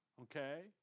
okay